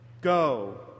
Go